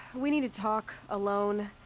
we need to talk. alone.